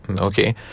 Okay